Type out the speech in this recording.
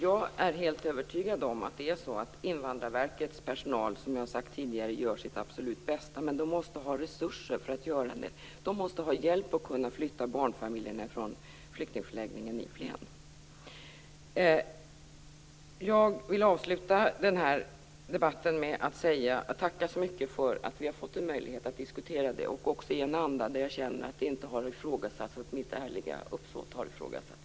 Jag är helt övertygad om att Invandrarverkets personal, som jag har sagt tidigare, gör sitt absolut bästa. Men den måste ha resurser för att göra det. Den måste få hjälp med att flytta barnfamiljerna från flyktingförläggningen i Flen. Jag vill avsluta den här debatten med att tacka för att vi har fått en möjlighet att diskutera detta i en anda där jag känner att mitt ärliga uppsåt inte är ifrågasatt.